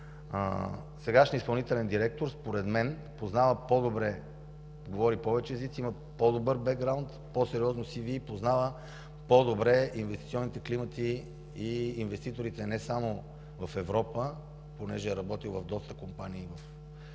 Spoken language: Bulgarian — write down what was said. Сегашният изпълнителен директор според мен познава по-добре, говори повече езици, има по-добър бекграунд, по-сериозно CV и познава по-добре инвестиционните климати и инвеститорите не само в Европа. Понеже е работил в доста компании